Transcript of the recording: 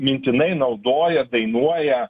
mintinai naudoja dainuoja